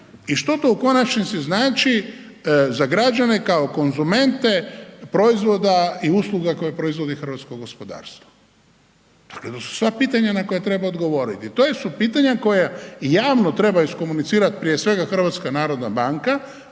i što to u konačnici znači za građane kao konzumente proizvoda i usluga koje proizvodi hrvatsko gospodarstvo. Dakle to su sva pitanja na koja treba odgovoriti. To su pitanja koja i javno treba iskomunicirati prije svega HNB a onda